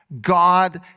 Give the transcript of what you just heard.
God